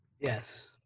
Yes